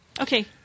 Okay